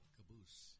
Caboose